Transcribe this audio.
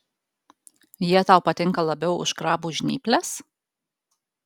jie tau patinka labiau už krabų žnyples